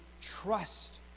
trust